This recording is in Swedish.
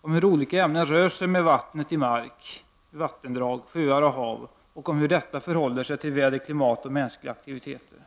om hur olika ämnen rör sig med vattnet i mark, vattendrag, sjöar och hav och hur detta förhåller sig till väder, klimat och mänskliga aktiviteter.